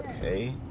hey